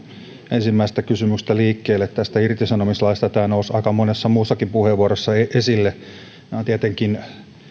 ensimmäisestä kysymyksestä liikkeelle tästä irtisanomislaista sillä tämä nousi aika monessa muussakin puheenvuorossa esille nämä ovat tietenkin